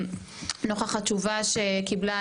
נוכח התשובה שקיבלה,